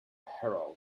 herald